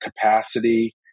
capacity